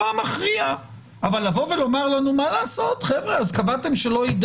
אתה הובלת הרבה מאד מהלכים שאנחנו רואים את התוצאות שלהם לחיוב